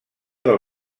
del